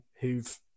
who've